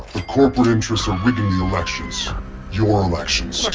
the corporate interests are rigging the elections your elections.